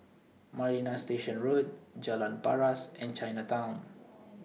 Marina Station Road Jalan Paras and Chinatown